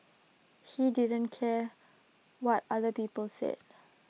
he didn't care what other people said